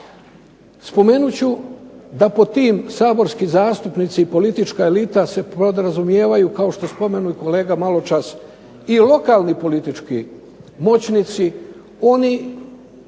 Spomenut ću da pod tim saborski zastupnici i politička elita se podrazumijevaju kao što je spomenuo kolega maločas i lokalni politički moćnici, oni